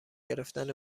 گرفتن